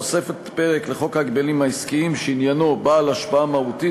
תוספת פרק לחוק ההגבלים העסקיים שעניינו בעל השפעה מהותית,